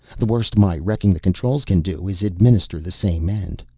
the worst my wrecking the controls can do is administer the same end.